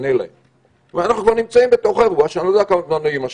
מכיוון שאנחנו נמצאים בתוך אירוע שאנחנו לא יודעים כמה זמן הוא יימשך,